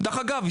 דרך אגב,